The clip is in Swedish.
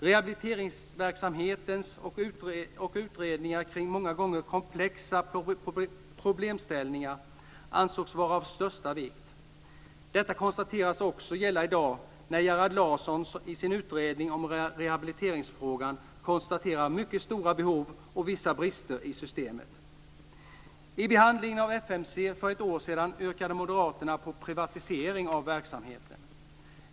Rehabiliteringsverksamheten och utredningar kring många gånger komplexa problemställningar ansågs vara av största vikt. Detta konstateras också gälla i dag, när Gerhard Larson i sin utredning om rehabiliteringsfrågan konstaterar mycket stora behov och vissa brister i systemet. Vid behandlingen av propositionen om FMC för ett år sedan yrkade Moderaterna på privatisering av verksamheten.